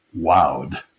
wowed